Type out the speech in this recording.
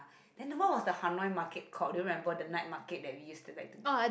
then what was the Hanoi market called do you remember the night market that we used to like